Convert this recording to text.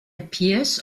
appears